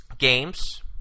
Games